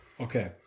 Okay